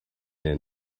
der